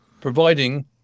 providing